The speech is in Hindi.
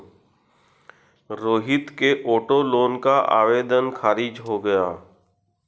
रोहित के ऑटो लोन का आवेदन खारिज हो गया